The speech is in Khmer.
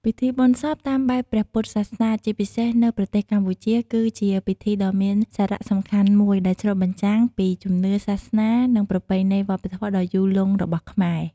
ពិធីបុណ្យសពតាមបែបព្រះពុទ្ធសាសនា ជាពិសេសនៅប្រទេសកម្ពុជា គឺជាពិធីដ៏មានសារៈសំខាន់មួយ ដែលឆ្លុះបញ្ចាំងពីជំនឿ សាសនា និងប្រពៃណីវប្បធម៌ដ៏យូរលង់របស់ខ្មែរ។